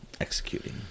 executing